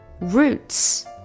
roots